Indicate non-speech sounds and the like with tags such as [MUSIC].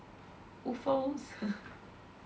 [NOISE] [LAUGHS]